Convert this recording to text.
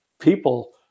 people